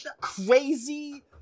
crazy